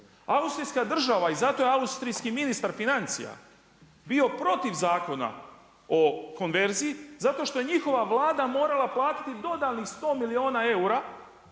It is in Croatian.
Austrijska država i zato je austrijski ministar financija bio protiv Zakona o konverziji, zato što je njihova Vlada morala platiti dodatnih 100 milijuna eura